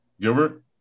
Gilbert